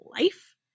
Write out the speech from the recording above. life